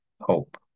hope